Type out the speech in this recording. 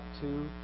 two